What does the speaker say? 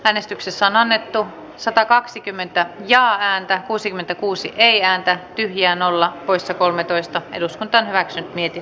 äänestyksessä on annettu satakaksikymmentä ja äänten kuusikymmentäkuusi ei ääntä tyhjä nolla poissa kolmetoista arvoisa puhemies